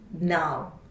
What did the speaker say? now